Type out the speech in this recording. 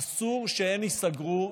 אסור שהם ייסגרו.